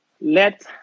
Let